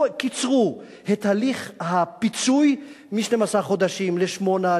פה קיצרו את הליך הפיצוי מ-12 חודשים לשמונה,